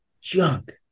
junk